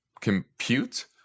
compute